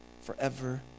forever